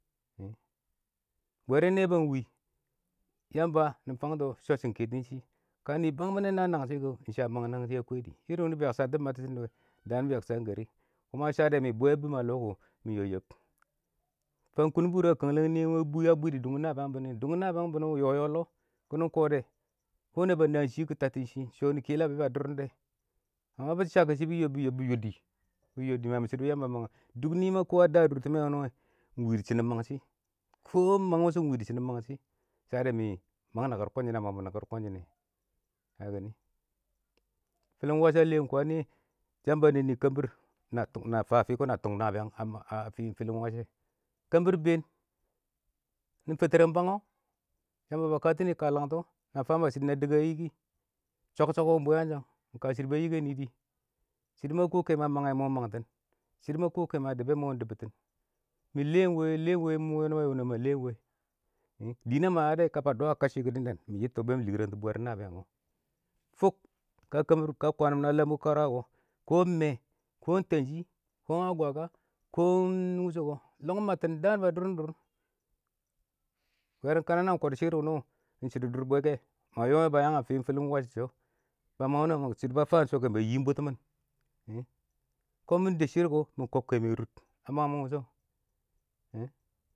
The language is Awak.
﻿bwerin neba ɪng wɪ Yamba nɪ fangtɔ ka nɪ bangmɪnɛ ɪng na nangshɪ kɔ, ɪng shɪ a mang nang shɪ a kwɛdɪ, daan bɪ yakshang karɪ kuma shadɛ mɪ bwɛ a bɪm a lɔ kɔ mɪ yɔb yɔb. Fan kʊn bʊ wʊnɪ a kang lɛ ngɪn nɪyɛ a bwɪ dɪ tɛshɔ, a bwɪ dɪ dʊngʊm nabɪyang wʊnɪ, dʊngʊn nabɪyang wʊnɪ yɔ yɔ lɔ. Kɪnɪ kɔ dɛ, kɔ ba naan shɪn yɪ kʊ, tab tɪn shɪ,ɪng shɔ nɪ kɪlan be ba dʊrɪndɛ, amma bɪ shakɔ shɪ yɔb, bi yɔb, bɪ yɔddɪ, na yɪmɪn shɪdɔ yamba a mang a? Dʊk nɪ ma kɔ ba bɪb a dʊrtɪmɛ wʊnɪ wɛ, ɪng wɪ shɪdɔn mang shɪ,kɔ mang wʊshʊ kɔ, ɪng wɪ dɪ shɪdɔn mangshɪ, shadɛ mɪ mang nakɪr kɔnshɪn nɛ. Fɪlɪn wash a lɛm kwaan nɪyɛ, yamba a nɛɛn nɪ kəmbir, na fɪ kɔn na tʊng nabɪyang ngɛ, afɪɪn fɪlɪn wash shɛ, kəmbir ɪng been, nɪ fɛtɪrɛng bang wɔ, Yamba ba katɪnɪ ka langtɔ, na fafam shɪdɔ na dɪk a nɪ kɪ,shɔk shɔk wɛ ɪng bwɪyangshang, ɪng ka shɪdɔ ba yikə dɪ,shɪdɔ ma kɔ kɛmwɛ a mangɛ, ɪng mɔ mangtɪn, shɪdɔ ma kɔ kɛmwɛ a dʊbʊn mɪn kɔ, ɪng mɔ dʊbʊtɪn,mɪn lɜ ɪng wɛ, mɪn lɛ ɪng wɛ, mɔ ma yɔ ma lɛ ɪng wɛ, dɪnəng ma yadɛ, ka ma ba dwa a katchɪ kɔ, mɪ yɪttɔ bɛ lɪrɛngtʊ bwɛbɪr nabɪyang dɪ shɔ, fʊk ka kəmbir, ka kwaan mɪn a lambɔ wɪ karʊwa kɔ, kɔ ɪng mɛɛ, kɔ ɪng tɛnshɪ, kɔ ɪng akwakwa, kɔ ɪng wʊshɔ kɔ, lɔng mabtɪn daan ba dʊrɪn dʊr,bwɛbɪr kɔdɔ shɪr wʊnʊ wɔ, ɪng shɪdɔ dʊr bwɛkɛ, kɔ ba yang ɪng fɪlɪn wash kɔ, shɪdɔ ba fa ɪng shɔ kɛ ba yɪ ɪng bʊtʊn shɪn, kɔn mɪ dəb shɪr kɔ, mɪ kɔb kɛshɛ nɪ rɪb, a mang mɪn wʊshʊ ehh.